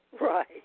Right